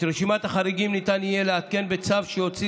את רשימת החריגים ניתן יהיה לעדכן בצו שיוציא